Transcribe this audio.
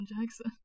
Jackson